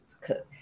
cook